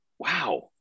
wow